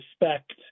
respect